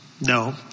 no